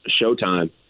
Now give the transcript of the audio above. showtime